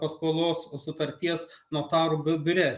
paskolos sutarties notarų biu biure